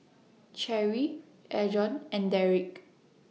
Cherry Adron and Derrick